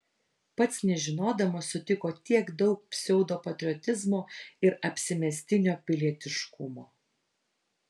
pats nežinodamas sutiko tiek daug pseudopatriotizmo ir apsimestinio pilietiškumo